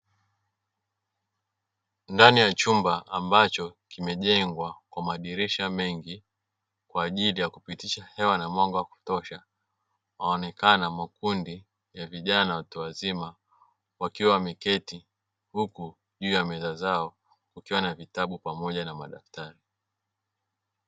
Ndani ya chumba ambacho kimejengwa kwa madirisha mengi kwaajili ya kupitisha hewa na mwanga kutosha, wanaonekana makundi ya vijana watu wazima wakiwa wameketi huku juu ya meza zao kukiwa na vitabu pamoja na madaftari.